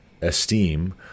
esteem